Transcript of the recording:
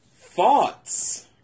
Thoughts